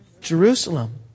Jerusalem